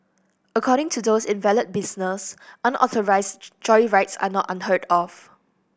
according to those in the valet business unauthorised joyrides are not unheard of